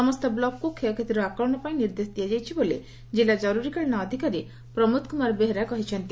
ସମସ୍ତ ବ୍ଲକକୁ କ୍ଷୟକ୍ଷତିର ଆକଳନ ପାଇଁ ନିର୍ଦ୍ଦେଶ ଦିଆଯାଇଛି ବୋଲି ଜିଲ୍ଲୁ ଜରୁରୀକାଳୀନ ଅଧିକାରା ପ୍ରମୋଦ କୁମାର ବେହେରା କହିଛନ୍ତି